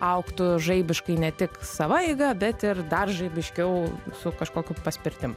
augtų žaibiškai ne tik sava eiga bet ir dar žaibiškiau su kažkokiu paspirtim